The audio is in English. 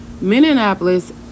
Minneapolis